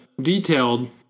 detailed